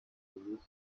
interviews